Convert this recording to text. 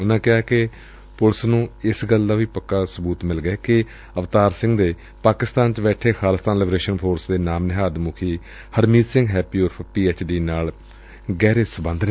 ਉਨੂਾ ਕਿਹਾ ਕਿ ਪੁਲਿਸ ੱਨੂੰ ਇਸ ਗੱਲ ਦੇ ਵੀ ਪੱਕੇ ਸਬੁਤ ਮਿਲ ਗਏ ਨੇ ਕਿ ਅਵਤਾਰ ਦੇ ਪਾਕਿਸਤਾਨ ਬੈਠੇ ਖਲਿਸਤਾਨ ਲਿਬਰੇਸ਼ਨ ਫੋਰਸ ਦੇ ਨਾਮ ਨਿਹਾਦ ਮੁਖੀ ਹਰਮੀਤ ਸਿੰਘ ਹੈਪੀ ਉਰਫ਼ ਪੀ ਐਚ ਡੀ ਨਾਲ ਗਹਿਰੇ ਸਬੰਧ ਨੇ